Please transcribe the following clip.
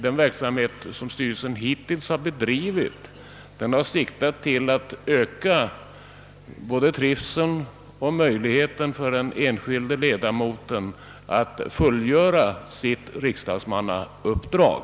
Den verksamhet som förvaltningskontoret hittills har bedrivit har siktat till att öka både den enskilde riksdagsledamotens trivsel och hans möjligheter att fullgöra sitt riksdagsmannauppdrag.